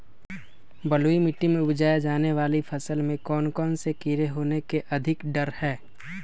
बलुई मिट्टी में उपजाय जाने वाली फसल में कौन कौन से कीड़े होने के अधिक डर हैं?